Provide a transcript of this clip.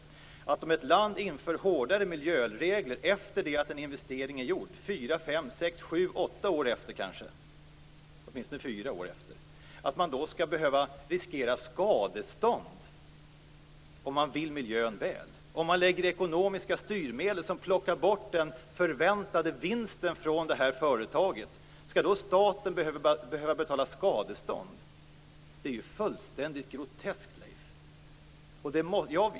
Skall ett land efter det att en investering är gjord inte kunna införa hårdare miljöregler fyra år eller kanske upp till åtta år senare? Skall man behöva riskera skadestånd om man vill miljön väl? Om man lägger in ekonomiska styrmedel som plockar bort den förväntade vinsten från företaget i fråga, skall då staten behöva betala skadestånd? Det är fullständigt groteskt, Leif Pagrotsky.